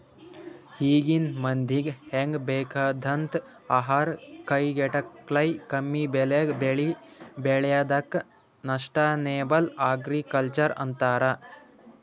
ಈಗಿನ್ ಮಂದಿಗ್ ಹೆಂಗ್ ಬೇಕಾಗಂಥದ್ ಆಹಾರ್ ಕೈಗೆಟಕಪ್ಲೆ ಕಮ್ಮಿಬೆಲೆಗ್ ಬೆಳಿ ಬೆಳ್ಯಾದಕ್ಕ ಸಷ್ಟನೇಬಲ್ ಅಗ್ರಿಕಲ್ಚರ್ ಅಂತರ್